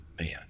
man